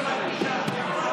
בושה.